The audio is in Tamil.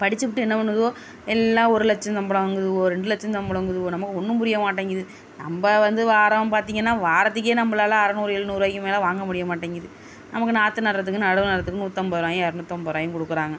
படிச்சிப்புட்டு என்ன பண்ணுதுவோ எல்லாம் ஒரு லட்சம் சம்பளம் வாங்குதுவோ ரெண்டு லட்சம் சம்பளம்ங்குதுவோ நமக்கு ஒன்றும் புரிய மாட்டேங்கிது நம்ம வந்து வாரம் பார்த்திங்கன்னா வாரத்துக்கே நம்மளால அறுநூறு எழுநூறு ரூபாய்க்கு மேல் வாங்க முடிய மாட்டேங்குது நமக்கு நாற்று நடறதுக்கு நடவு நடறதுக்கும் நூற்றி அம்பது ரூபாயும் இரநூற்றி அம்பது ரூபாயும் கொடுக்குறாங்க